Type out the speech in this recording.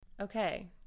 okay